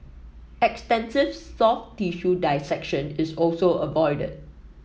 extensive soft tissue dissection is also avoided